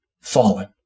fallen